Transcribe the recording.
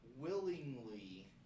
willingly